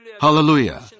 Hallelujah